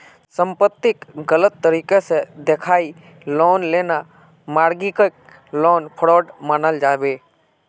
संपत्तिक गलत तरीके से दखाएँ लोन लेना मर्गागे लोन फ्रॉड मनाल जाबे